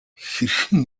хэрхэн